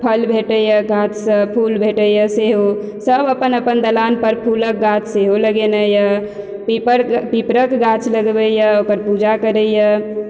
फल भेटैया गाछ सँ फूल भेटैया सेहो सब अपन अपन दालान पर फूलक गाछ सेहो लगने यऽ पीपर पीपरक गाछ लगबैया ओकर पूजा करैया